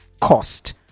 cost